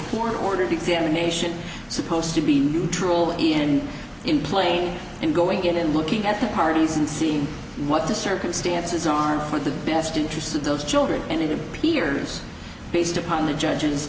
court ordered examination supposed to be neutral even in playing and going in and looking at the parties and seeing what the circumstances are for the best interests of those children and it appears based upon the judges